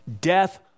Death